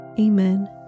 Amen